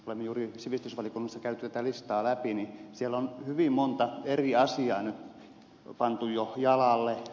olemme juuri sivistysvaliokunnassa käyneet tätä listaa läpi ja siellä on hyvin monta eri asiaa nyt pantu jo jalalle